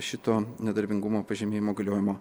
šito nedarbingumo pažymėjimo galiojimo